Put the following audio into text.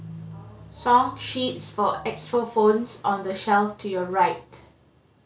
song sheets for xylophones on the shelf to your right